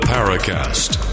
Paracast